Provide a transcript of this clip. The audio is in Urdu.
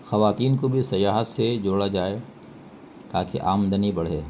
خواتین کو بھی سیاحت سے جوڑا جائے تاکہ آمدنی بڑھے